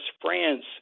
France